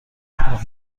آیا